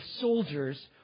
soldiers